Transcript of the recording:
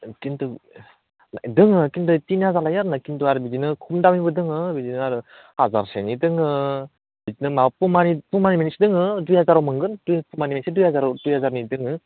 खिन्थु दङ खिन्थु थिनि हाजार लायो आरोना खिन्थु आरो बिदिनो खम दामिबो दङ बिदिनो आरो हाजारसेनि दङ बिदिनो माबा पुमा पुमानि मोनसे दङ दुइ हाजाराव मोनगोन पुमानि मोनसे दुइ हाजारनि दङ